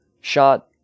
shot